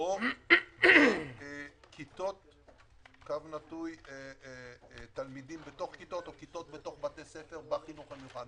או כיתות / תלמידים בתוך כיתות או כיתות בתוך בתי ספר בחינוך המיוחד,